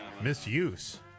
Misuse